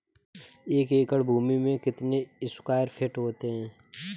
एक एकड़ भूमि में कितने स्क्वायर फिट होते हैं?